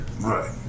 Right